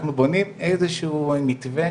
אנחנו בונים איזשהו מתווה,